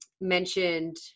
mentioned